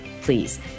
Please